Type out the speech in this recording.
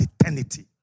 eternity